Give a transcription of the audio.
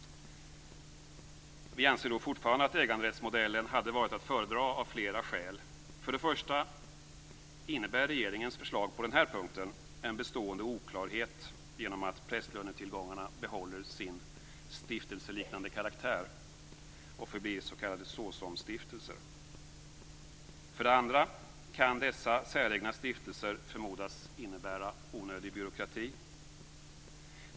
Vi anser fortfarande att äganderättsmodellen hade varit att föredra av flera skäl. · För det första innebär regeringens förslag på denna punkt en bestående oklarhet genom att prästlönetillgångarna behåller sin stiftelseliknande karaktär och förblir s.k. såsomstiftelser. · För det andra kan dessa säregna stiftelser förmodas innebära onödig byråkrati.